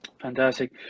Fantastic